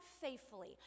faithfully